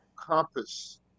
compass